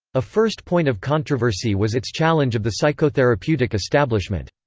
a first point of controversy was its challenge of the psychotherapeutic establishment.